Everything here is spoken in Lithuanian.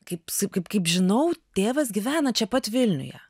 kai kaip kaip kaip žinau tėvas gyvena čia pat vilniuje